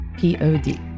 Pod